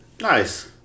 Nice